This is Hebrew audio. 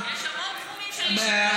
חברת הכנסת בירן, יש המון תחומים של אי-שוויון.